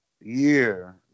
year